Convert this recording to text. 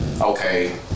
okay